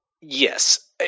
Yes